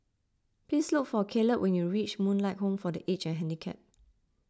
please look for Caleb when you reach Moonlight Home for the Aged and Handicapped